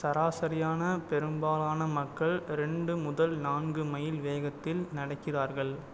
சராசரியான பெரும்பாலான மக்கள் ரெண்டு முதல் நான்கு மைல் வேகத்தில் நடக்கிறார்கள்